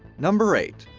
number eight,